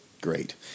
great